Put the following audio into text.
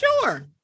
Sure